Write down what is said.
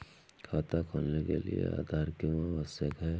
खाता खोलने के लिए आधार क्यो आवश्यक है?